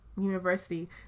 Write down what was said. university